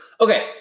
Okay